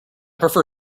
prefer